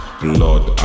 blood